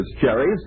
cherries